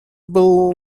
был